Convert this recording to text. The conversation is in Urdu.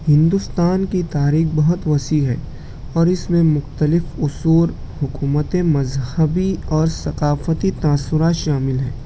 ہندوستان کی تاریخ بہت وسیع ہے اور اس میں مختلف وصول حکومتیں مذہبی اور ثقافتی تأثرات شامل ہیں